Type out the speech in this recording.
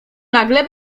nagle